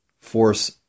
force